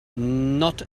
not